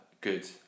good